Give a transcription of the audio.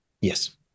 yes